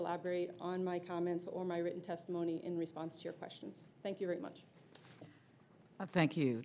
elaborate on my comments or my written testimony in response to your questions thank you very much thank you